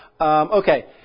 Okay